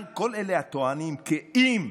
אולם כל אלה הטוענים כי אם